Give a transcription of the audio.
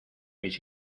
mis